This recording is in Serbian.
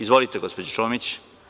Izvolite, gospođo Čomić.